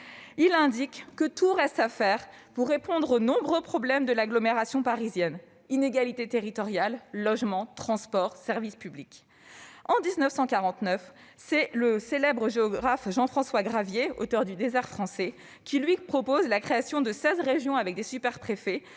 Il indique que tout reste à faire pour répondre aux nombreux problèmes de l'agglomération parisienne : inégalités territoriales, logements, transports, services publics ... En 1949, le célèbre géographe Jean-François Gravier, auteur de, propose la création de seize régions avec des superpréfets